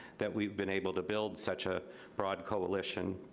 that we've been able to build such a broad coalition.